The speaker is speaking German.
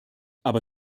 aber